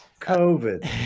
COVID